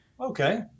Okay